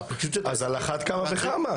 אז על אחת כמה וכמה.